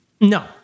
no